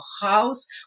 house